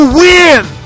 win